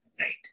right